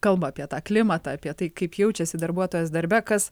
kalbą apie tą klimatą apie tai kaip jaučiasi darbuotojas darbe kas